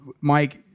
Mike